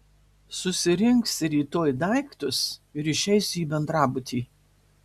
susirinksi rytoj daiktus ir išeisi į bendrabutį